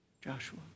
Joshua